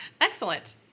Excellent